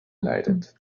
leidet